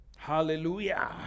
Hallelujah